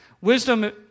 Wisdom